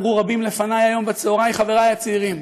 אמרו רבים לפני היום בצהריים, חברי הצעירים,